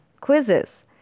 quizzes